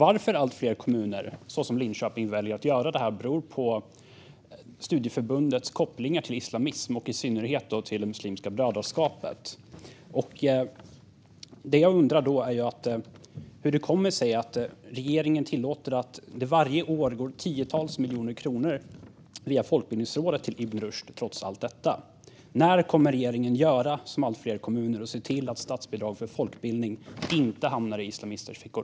Att allt fler kommuner så som Linköping väljer att göra det beror på studieförbundets kopplingar till islamism och i synnerhet till Muslimska brödraskapet. Det jag undrar är hur det kommer sig att regeringen tillåter att det varje år går tiotals miljoner kronor via Folkbildningsrådet till Ibn Rushd trots allt detta. När kommer regeringen att göra som allt fler kommuner och se till att statsbidrag för folkbildning inte hamnar i islamisters fickor?